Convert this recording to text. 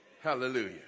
Hallelujah